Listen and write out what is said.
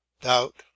Doubt